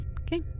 okay